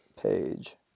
page